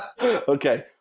okay